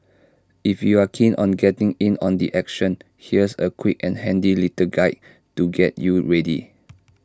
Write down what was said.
if you're keen on getting in on the action here's A quick and handy little guide to get you ready